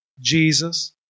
Jesus